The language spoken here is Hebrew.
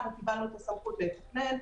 אנחנו קיבלנו את הסמכות לתכנן,